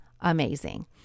amazing